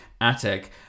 attic